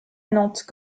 nantes